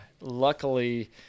luckily